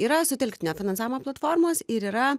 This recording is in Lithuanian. yra sutelktinio finansavimo platformos ir yra